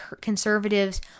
conservatives